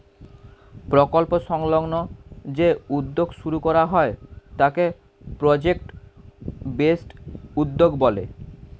প্রকল্প সংলগ্ন যে উদ্যোগ শুরু করা হয় তাকে প্রজেক্ট বেসড উদ্যোগ বলে